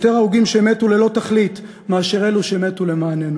יותר הרוגים שמתו ללא תכלית מאשר אלו שמתו למעננו.